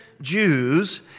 Jews